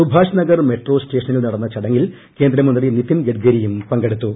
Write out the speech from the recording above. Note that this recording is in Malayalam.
സുഭാഷ് നഗർ മെട്രോ സ്റ്റേഷനിൽ നടന്ന ചടങ്ങിൽ കേന്ദ്രമന്ത്രി നിതിൻ ഗഡ്കരിയും പങ്കെടുത്തു